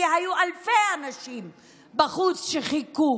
כי היו אלפי אנשים בחוץ שחיכו